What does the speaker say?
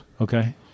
Okay